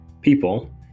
people